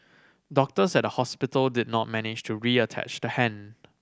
doctors at the hospital did not manage to reattach the hand